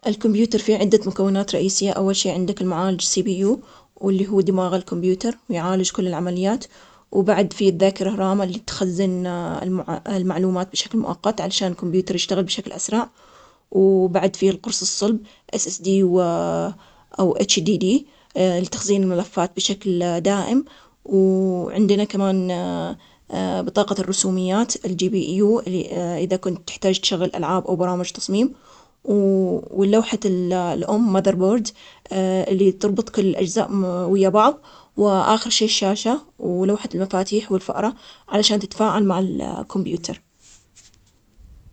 الكمبيوتر عنده عدة مكونات, وحدة معالجة مركزية, اللي هي دماغ الكمبيوتر, الذاكرة العشوائية اللي نخزن البيانات المعقدة عليها, القرص الصلب اللي يخزن الملفات البيانات بشكل دايم, واللوحة الأم اللي كل هي اللي تربط كل هاي المكونات السابقة مع بعضها, وهناك البطاقة الرسوميات اللي تعالج الرسوم والصور اللي موجودة في الكمبيوتر, وعنا مزود الطاقة, اللي هو يوفر الطاقة لكل هاي الأجزاء.